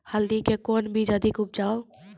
हल्दी के कौन बीज अधिक उपजाऊ?